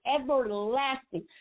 everlasting